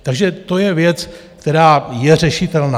Takže to je věc, která je řešitelná.